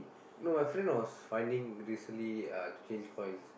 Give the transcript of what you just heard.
no my friend was finding uh to change coins